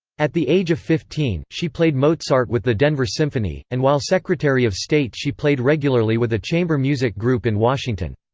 at the age of fifteen, she played mozart with the denver symphony, and while secretary of state she played regularly with a chamber music group in washington.